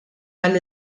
għall